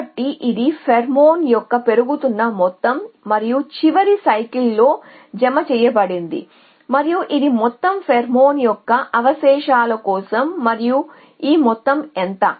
కాబట్టి ఇది ఫేరోమోన్ యొక్క పెరుగుతున్న మొత్తం మరియు చివరి చక్రంలో జమ చేయబడింది మరియు ఇది మొత్తం ఫెరోమోన్ యొక్క అవశేషాల కోసం మరియు ఈ మొత్తం ఎంత